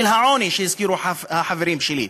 של העוני, שהזכירו החברים שלי?